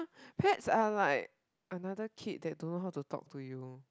pets are like another kid that don't know how to talk to you